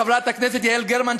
חברת הכנסת יעל גרמן,